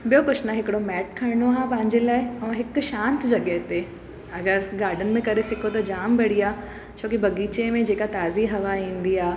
ॿियो कुझु न हिकिड़ो मैट खणिणो आहे पंहिंजे लाइ ऐं हिक शांत जॻह ते अगरि गाडन में करे सघो त जाम बढ़िया छोकी बगीचे में जेका ताज़ी हवा ईंदी आहे